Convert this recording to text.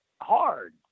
hard